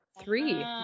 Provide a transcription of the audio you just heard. three